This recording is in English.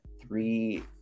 three